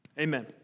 Amen